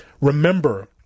Remember